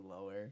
lower